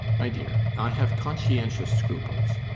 my dear i have conscientious scruples.